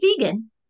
vegan